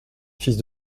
fils